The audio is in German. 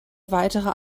weitere